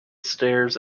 stairs